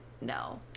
no